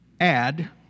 add